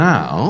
Now